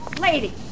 lady